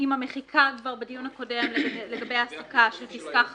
עם המחיקה בדיון הקודם לגבי העסקה של פסקה (5)